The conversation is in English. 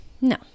no